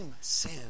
sin